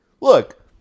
Look